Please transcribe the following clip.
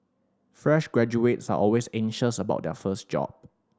fresh graduates are always anxious about their first job